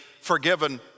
forgiven